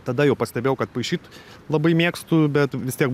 tada jau pastebėjau kad paišyt labai mėgstu bet vis tiek